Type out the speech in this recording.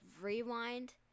rewind